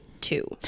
two